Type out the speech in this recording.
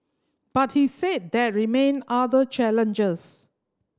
but he said there remain other challenges